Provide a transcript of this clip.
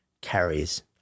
carries